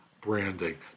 branding